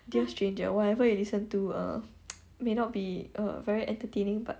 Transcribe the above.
dear stranger whatever you listen to err may not be err very entertaining but